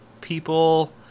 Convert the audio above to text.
people